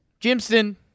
Jimston